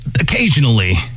occasionally